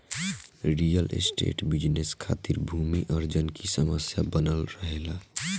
real estate business खातिर भूमि अर्जन की समस्या बनल रहेला